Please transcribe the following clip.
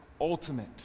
ultimate